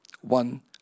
one